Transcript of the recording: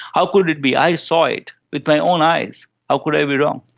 how could it be, i saw it with my own eyes, how could i be wrong?